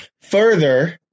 Further